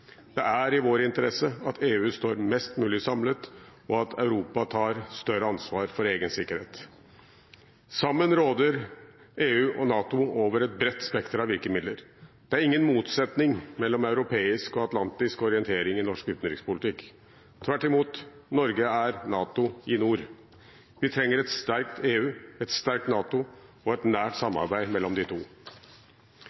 Det er i vår interesse at EU står mest mulig samlet, og at Europa tar større ansvar for egen sikkerhet. Sammen råder EU og NATO over et bredt spekter av virkemidler. Det er ingen motsetning mellom europeisk og atlantisk orientering i norsk utenrikspolitikk. Tvert imot: Norge er NATO i nord. Vi trenger et sterkt EU, et sterkt NATO og et nært